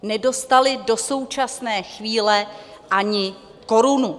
Nedostali do současné chvíle ani korunu!